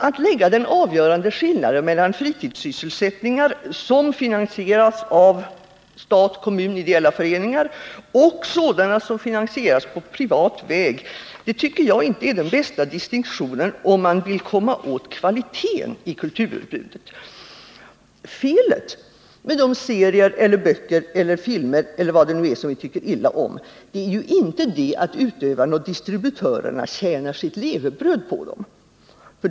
Att lägga den avgörande skillnaden mellan fritidssysslor som finansieras av stat, kommun eller ideella föreningar och sådana som finansieras på privat väg är inte den bästa distinktionen om man vill komma åt kvaliteten i kulturutbudet. Felet med de serier, böcker, filmer etc. som vi tycker illa om är inte att utövarna och distributörerna tjänar sitt levebröd på dem.